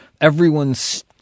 everyone's